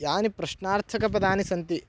यानि प्रश्नार्थकपदानि सन्ति